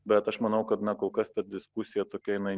bet aš manau kad na kol kas ta diskusija tokia jinai